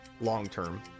long-term